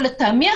ולטעמי,